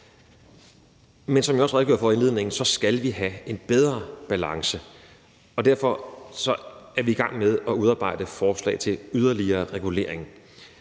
Men som jeg også redegjorde for i indledningen, skal vi have en bedre balance, og derfor er vi i gang med at udarbejde forslag til yderligere regulering.